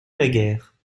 naguère